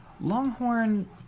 Longhorn